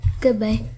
Goodbye